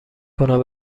کنم